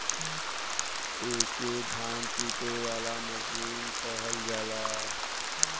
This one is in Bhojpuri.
एके धान कूटे वाला मसीन कहल जाला